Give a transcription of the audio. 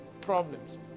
problems